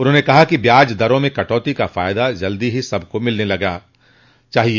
उन्होंने कहा कि ब्याज दरों में कटौती का फायदा जल्दी ही सबको मिलना चाहिए